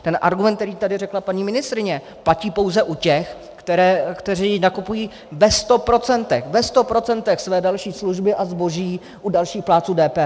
Ten argument, který tady řekla paní ministryně, platí pouze u těch, kteří nakupují ve sto procentech ve sto procentech své další služby a zboží u dalších plátců DPH.